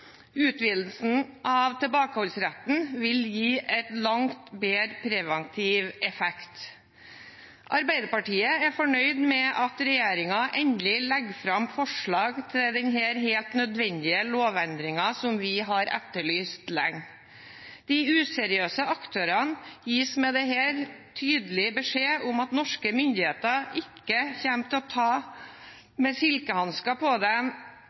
Utvidelsen av tilbakeholdsretten vil gi en langt bedre preventiv effekt. Arbeiderpartiet er fornøyd med at regjeringen endelig legger fram forslag til denne helt nødvendige lovendringen, som vi har etterlyst lenge. De useriøse aktørene gis med dette tydelig beskjed om at norske myndigheter ikke kommer til å ta med silkehansker på